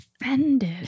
offended